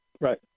Right